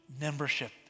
membership